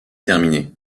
terminer